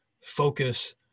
focus